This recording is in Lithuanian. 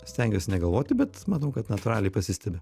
stengiuos negalvoti bet manau kad natūraliai pasistebi